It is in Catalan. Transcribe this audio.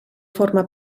forma